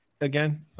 again